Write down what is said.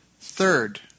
Third